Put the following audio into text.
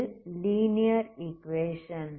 இது linear equation